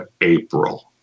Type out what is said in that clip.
April